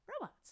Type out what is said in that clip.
Robots